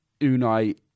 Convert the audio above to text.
Unai